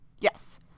Yes